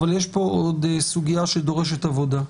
אבל יש פה עוד סוגיה שדורשת עבודה,